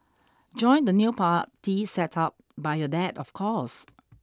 join the new party set up by your dad of course